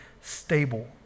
stable